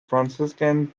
franciscan